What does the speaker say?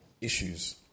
issues